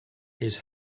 his